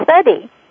study